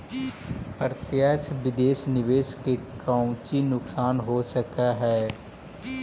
प्रत्यक्ष विदेश निवेश के कउची नुकसान हो सकऽ हई